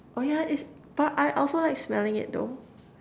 oh yeah is but I also like smelling it though